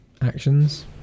actions